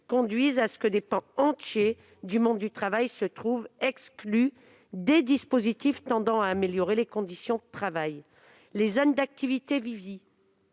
conduisent à ce que des pans entiers du monde du travail se trouvent exclus des dispositifs tendant à améliorer les conditions de travail. Les zones d'activités visées